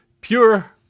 pure